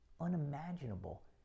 unimaginable